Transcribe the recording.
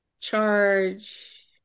charge